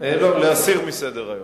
להסיר מסדר-היום.